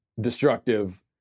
destructive